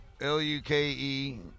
L-U-K-E